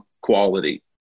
quality